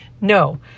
No